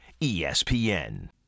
ESPN